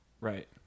right